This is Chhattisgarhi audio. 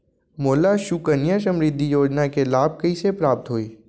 मोला सुकन्या समृद्धि योजना के लाभ कइसे प्राप्त होही?